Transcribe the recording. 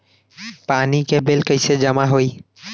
पानी के बिल कैसे जमा होयी?